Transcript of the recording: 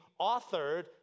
authored